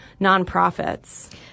nonprofits